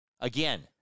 Again